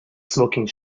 smoking